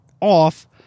off